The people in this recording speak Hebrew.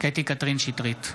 קטי קטרין שטרית,